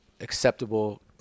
acceptable